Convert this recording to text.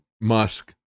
Musk